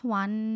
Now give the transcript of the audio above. one